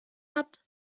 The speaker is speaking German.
habt